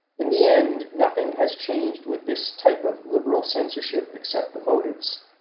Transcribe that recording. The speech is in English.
in the end nothing has changed with this type of liberal censorship except the motives,